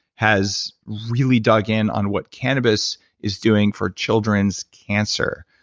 has really dug in on what cannabis is doing for children's cancer.